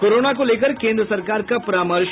corona को लेकर केन्द्र सरकार का परामर्श